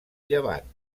llevant